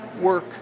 work